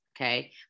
Okay